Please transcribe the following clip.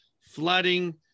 flooding